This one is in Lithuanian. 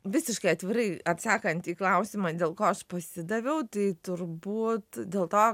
visiškai atvirai atsakant į klausimą dėl ko aš pasidaviau tai turbūt dėl to